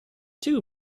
two